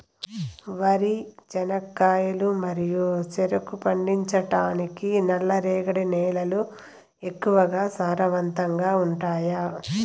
వరి, చెనక్కాయలు మరియు చెరుకు పండించటానికి నల్లరేగడి నేలలు ఎక్కువగా సారవంతంగా ఉంటాయా?